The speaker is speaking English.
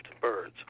birds